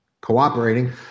cooperating